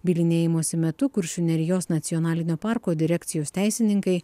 bylinėjimosi metu kuršių nerijos nacionalinio parko direkcijos teisininkai